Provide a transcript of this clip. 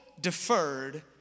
deferred